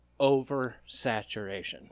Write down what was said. oversaturation